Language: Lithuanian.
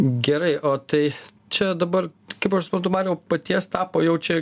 gerai o tai čia dabar kaip aš suprantu mariau paties tapo jau čia